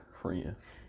friends